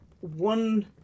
one